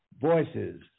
voices